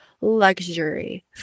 luxury